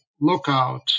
lookout